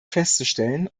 festzustellen